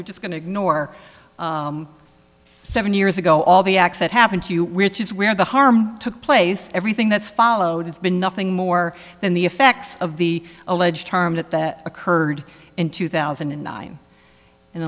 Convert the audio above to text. just going to ignore seven years ago all the acts that happen to you which is where the harm took place everything that's followed has been nothing more than the effects of the alleged harm that that occurred in two thousand and nine and